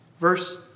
Verse